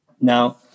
Now